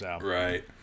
Right